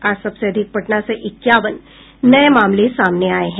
आज सबसे अधिक पटना से इक्यावन नये मामले सामने आये हैं